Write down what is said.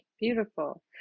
beautiful